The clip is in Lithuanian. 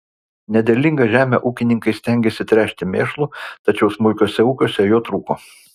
nederlingą žemę ūkininkai stengėsi tręšti mėšlu tačiau smulkiuose ūkiuose jo trūko